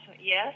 yes